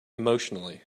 emotionally